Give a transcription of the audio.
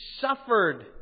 suffered